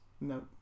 No